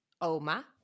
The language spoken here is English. Oma